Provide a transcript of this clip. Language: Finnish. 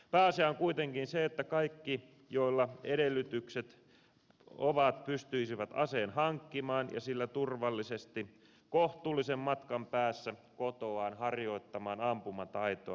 pääasia on kuitenkin se että kaikki joilla edellytykset ovat pystyisivät aseen hankkimaan ja sillä turvallisesti kohtuullisen matkan päässä kotoaan harjoittamaan ampumataitoaan